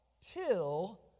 till